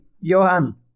Johan